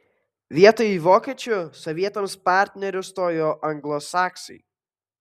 vietoj vokiečių sovietams partneriu stojo anglosaksai